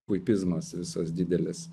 puipizmas visas didelis